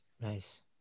nice